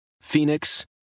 Phoenix